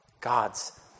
God's